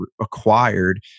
acquired